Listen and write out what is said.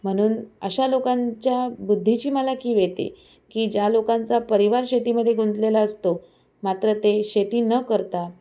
म्हणून अशा लोकांच्या बुद्धीची मला कीव येते की ज्या लोकांचा परिवार शेतीमध्ये गुंतलेला असतो मात्र ते शेती न करता